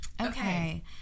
Okay